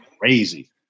Crazy